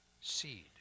seed